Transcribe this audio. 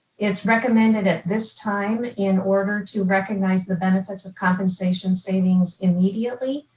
it's recommended at this time in order to recognize the benefits of compensation savings immediately,